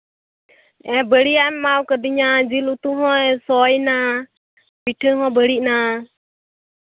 ᱵᱟᱹᱲᱤᱡ ᱟᱜ ᱮ ᱮᱢᱟᱣ ᱠᱟᱹᱫᱤᱧᱟ ᱡᱤᱞ ᱩᱛᱩ ᱦᱚᱸ ᱥᱚᱭᱮᱱᱟ ᱯᱤᱴᱷᱟᱹ ᱦᱚᱸ ᱵᱟᱹᱲᱤᱡ ᱮᱱᱟ